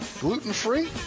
Gluten-free